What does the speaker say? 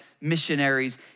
missionaries